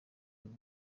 ibi